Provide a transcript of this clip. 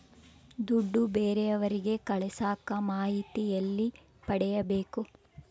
ದುಡ್ಡು ಬೇರೆಯವರಿಗೆ ಕಳಸಾಕ ಮಾಹಿತಿ ಎಲ್ಲಿ ಪಡೆಯಬೇಕು?